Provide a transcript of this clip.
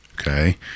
okay